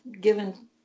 given